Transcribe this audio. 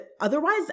otherwise